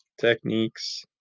techniques